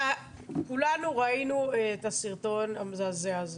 כולנו ראינו את הסרטון המזעזע הזה.